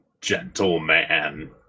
gentleman